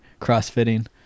crossfitting